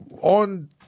on